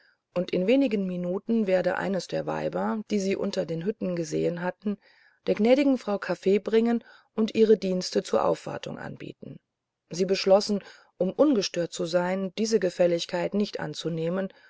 und in wenigen minuten werde eines der weiber die sie unter den hütten gesehen hatten der gnädigen gräfin kaffee bringen und ihre dienste zur aufwartung anbieten sie beschlossen um ungestört zu sein diese gefälligkeit nicht anzunehmen